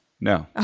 No